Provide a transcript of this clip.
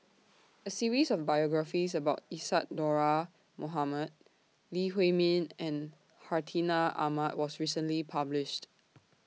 A series of biographies about Isadhora Mohamed Lee Huei Min and Hartinah Ahmad was recently published